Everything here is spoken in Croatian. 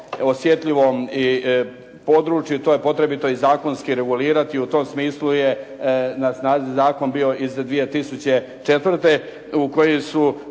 osjetljivom području to je potrebito i zakonski regulirati i u tom smislu je na snazi bio zakon iz 2004. u koji su